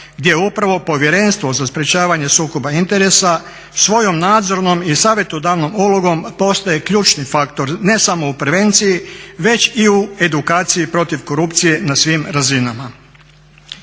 gdje upravo Povjerenstvo za sprječavanje sukoba interesa svojom nadzornom i savjetodavnom ulogom postaje ključni faktor ne samo u prevenciji već i u edukaciji protiv korupcije na svim razinama.